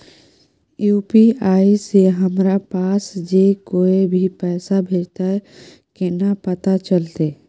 UPI से हमरा पास जे कोय भी पैसा भेजतय केना पता चलते?